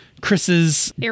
chris's